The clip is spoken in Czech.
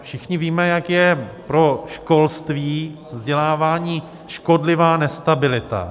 Všichni víme, jak je pro školství, pro vzdělávání škodlivá nestabilita.